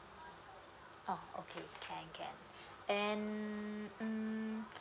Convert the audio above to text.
oh okay can can and mm